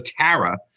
Tara